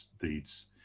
deeds